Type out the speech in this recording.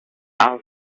all